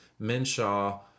Minshaw